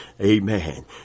amen